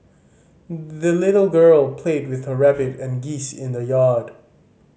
the little girl played with her rabbit and geese in the yard